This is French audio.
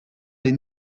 les